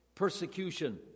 persecution